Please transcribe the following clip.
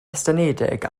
estynedig